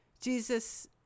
Jesus